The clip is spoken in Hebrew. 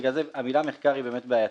בגלל זה המילה "מחקר" באמת בעייתית.